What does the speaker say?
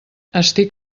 estic